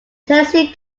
tennessee